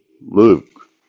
Luke